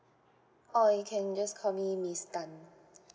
oh you can just call me miss tan